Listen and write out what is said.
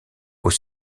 aux